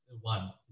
One